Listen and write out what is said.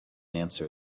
answer